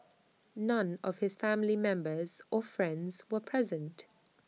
none of his family members or friends were present